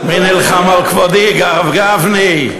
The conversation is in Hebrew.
מי נלחם על כבודי, הרב גפני?